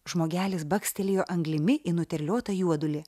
žmogelis bakstelėjo anglimi į nuterliotą juodulį